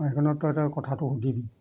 সেইখনত তই এতিয়া কথাটো সুধিবি